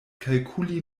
kalkuli